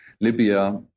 Libya